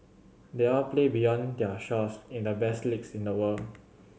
they all play beyond their shores in the best leagues in the world